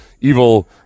evil